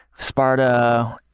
Sparta